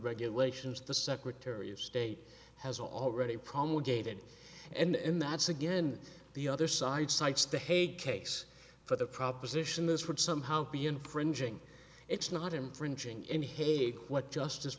regulations the secretary of state has already promulgated and that's again the other side cites the hague case for the proposition this would somehow be infringing it's not infringing in hague what justice